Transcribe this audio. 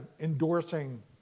endorsing